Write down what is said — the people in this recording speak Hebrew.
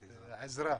כן, עזרה.